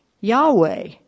Yahweh